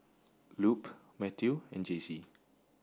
Lupe Mathew and Jaycie